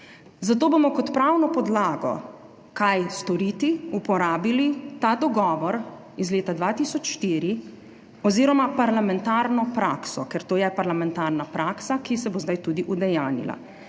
Zato bomo kot pravno podlago, kaj storiti, uporabili ta dogovor iz leta 2004 oziroma parlamentarno prakso – ker to je parlamentarna praksa, ki se bo zdaj tudi udejanjila